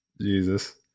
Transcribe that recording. Jesus